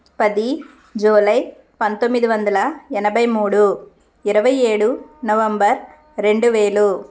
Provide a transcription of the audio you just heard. పది జూలై పంతొమ్మిది వందల ఎనభై మూడు ఇరవై ఏడు నవంబర్ రెండు వేలు